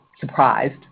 surprised